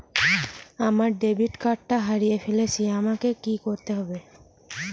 আমার ডেবিট কার্ডটা হারিয়ে ফেলেছি আমাকে কি করতে হবে?